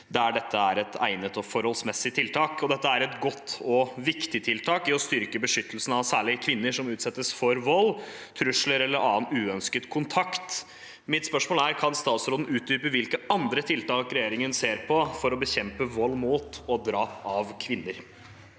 dette er et egnet og forholdsmessig tiltak. Dette er et godt og viktig tiltak for å styrke beskyttelsen av særlig kvinner som utsettes for vold, trusler eller annen uønsket kontakt. Kan statsråden utdype hvilke andre tiltak regjeringen ser på for å bekjempe vold mot og drap av kvinner?»